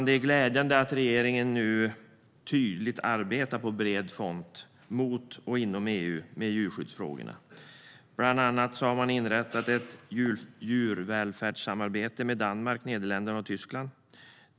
Det är glädjande att regeringen nu tydligt arbetar med djurskyddsfrågorna på bred front mot och inom EU, herr talman. Bland annat har man inrättat ett djurvälfärdssamarbete med Danmark, Nederländerna och Tyskland.